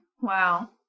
Wow